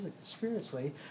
spiritually